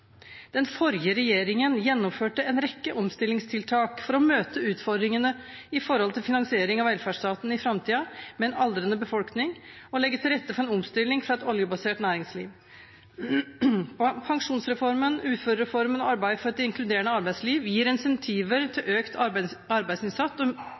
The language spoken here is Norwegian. Den forrige regjeringen gjennomførte en rekke omstillingstiltak for å møte utfordringene med hensyn til finansiering av velferdsstaten i framtiden, med en aldrende befolkning, og legge til rette for en omstilling fra et oljebasert næringsliv. Pensjonsreformen, uførereformen og arbeid for et inkluderende arbeidsliv gir incentiver til økt arbeidsinnsats og